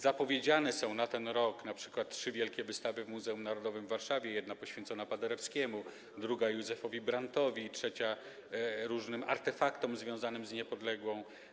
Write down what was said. Zapowiedziane są na ten rok np. trzy wielkie wystawy w Muzeum Narodowym w Warszawie: jedna poświęcona Paderewskiemu, druga - Józefowi Brandtowi, trzecia - różnym artefaktom związanym z Niepodległą.